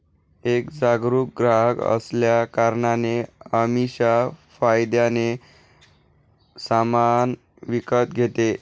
एक जागरूक ग्राहक असल्या कारणाने अमीषा फायद्याने सामान विकत घेते